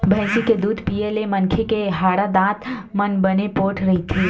भइसी के दूद पीए ले मनखे के हाड़ा, दांत मन बने पोठ रहिथे